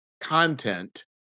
content